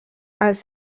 els